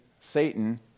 Satan